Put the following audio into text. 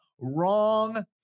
Wrong